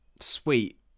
sweet